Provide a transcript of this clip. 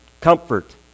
Comfort